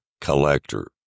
collector